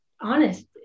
honest